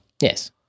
Yes